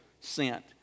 sent